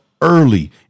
early